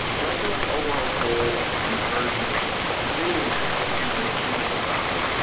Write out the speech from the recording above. so i can look at overall ah goal conversion rates, what really matters, and understand if we have a problem.